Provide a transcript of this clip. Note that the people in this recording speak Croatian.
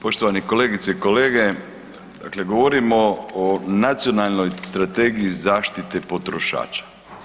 Poštovane kolegice i kolege, dakle govorimo o nacionalnoj strategiji zaštite potrošača.